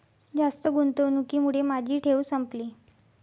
जास्त गुंतवणुकीमुळे माझी ठेव संपली